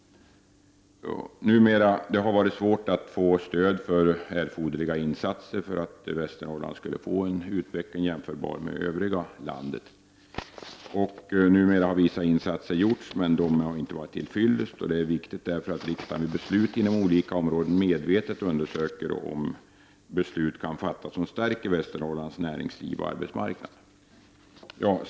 Det har varit svårt att få stöd för erforderliga insatser för att åstadkomma en utveckling i Västernorrland som är jämförbar med den i övriga landet. Numera har vissa insatser gjorts, men dessa är inte till fyllest. Det är viktigt att riksdagen vid beslut inom olika områden medvetet undersöker om beslut kan fattas som stärker Västernorrlands näringsliv och arbetsmarknad.